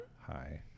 Hi